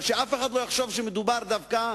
אבל שאף אחד לא יחשוב שמדובר דווקא